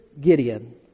Gideon